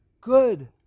good